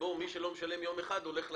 מי שלא משלם יום אחד הולך לכלא,